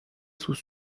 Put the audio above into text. sous